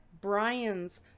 Brian's